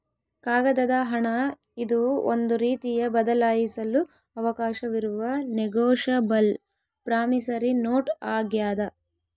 ಕಾಗದದ ಹಣ ಇದು ಒಂದು ರೀತಿಯ ಬದಲಾಯಿಸಲು ಅವಕಾಶವಿರುವ ನೆಗೋಶಬಲ್ ಪ್ರಾಮಿಸರಿ ನೋಟ್ ಆಗ್ಯಾದ